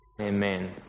Amen